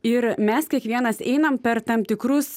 ir mes kiekvienas einam per tam tikrus